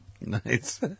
Nice